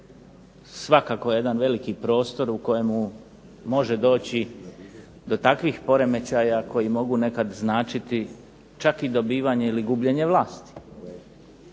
svakako je jedan veliki prostor u kojemu može doći do takvih poremećaja koji mogu nekad značiti čak i dobivanje ili gubljenje vlasti.